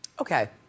Okay